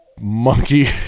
monkey